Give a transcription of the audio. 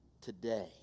today